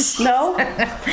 No